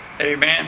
Amen